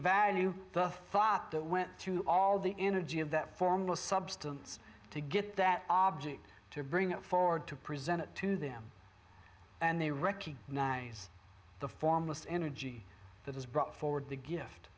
value the thought that went through all the energy of that formless substance to get that object to bring it forward to present it to them and they recognize the foremost energy that has brought forward the gift